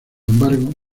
embargo